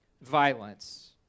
violence